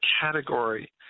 category